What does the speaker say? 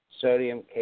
Sodium